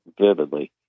vividly